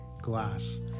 glass